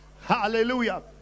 Hallelujah